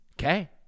Okay